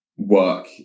Work